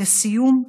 ולסיום,